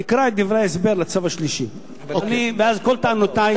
תקרא את דברי ההסבר לצו השלישי ואת כל טענותי,